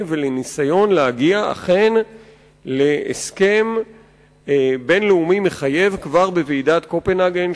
ולניסיון להגיע להסכם בין-לאומי מחייב כבר בוועידת קופנהגן,